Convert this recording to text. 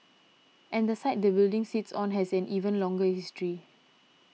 and the site the building sits on has an even longer history